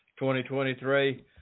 2023